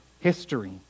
history